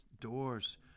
doors